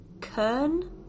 Kern